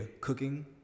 cooking